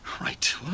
Right